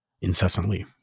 incessantly